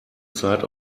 zeit